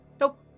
Nope